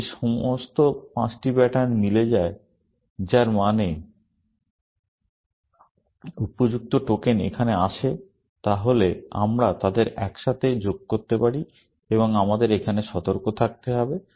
যদি সমস্ত পাঁচটি প্যাটার্ন মিলে যায় যার মানে উপযুক্ত টোকেন এখানে আসে তাহলে আমরা তাদের একসাথে যোগ করতে পারি এবং আমাদের এখানে সতর্ক থাকতে হবে